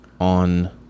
on